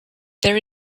there